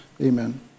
amen